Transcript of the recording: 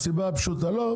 לא,